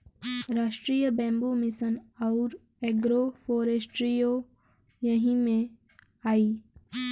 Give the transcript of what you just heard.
राष्ट्रीय bamboo mission आउर agro फ़ोरेस्ट्रीओ यही में आई